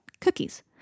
Cookies